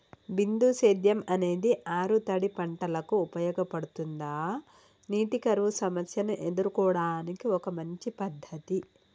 బిందు సేద్యం అనేది ఆరుతడి పంటలకు ఉపయోగపడుతుందా నీటి కరువు సమస్యను ఎదుర్కోవడానికి ఒక మంచి పద్ధతి?